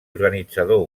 organitzador